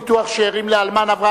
ביטוח שאירים לאלמן),